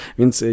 więc